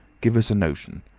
give us a notion.